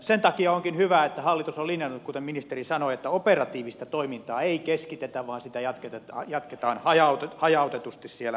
sen takia onkin hyvä että hallitus on linjannut kuten ministeri sanoi että operatiivista toimintaa ei keskitetä vaan sitä jatketaan hajautetusti siellä asiakaspinnassa